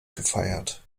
gefeiert